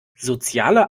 soziale